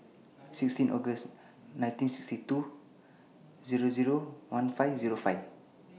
sixteen August nineteen sixty two fifteen five